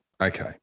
Okay